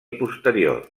posterior